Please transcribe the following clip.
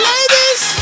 Ladies